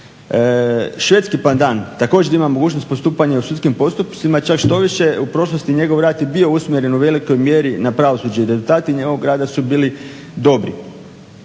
Švedski pedant također ima mogućnost postupanja u sudskim postupcima, čak štoviše u prošlosti njegov rad je bio usmjeren u velikoj mjeri na pravosuđe i rezultati njegovog rada su bili dobri.